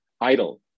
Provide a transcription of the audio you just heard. idle